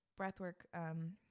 breathwork